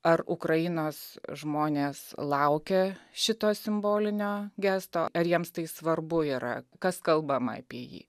ar ukrainos žmonės laukia šito simbolinio gesto ar jiems tai svarbu yra kas kalbama apie jį